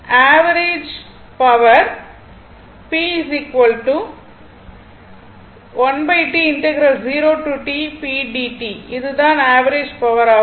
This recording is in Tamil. ஆவரேஜ் பவர் இது தான் ஆவரேஜ் பவர் ஆகும்